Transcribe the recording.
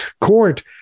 court